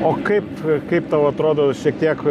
o kaip kaip tau atrodo šiek tiek